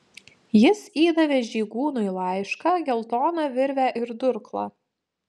jis įdavė žygūnui laišką geltoną virvę ir durklą